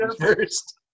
first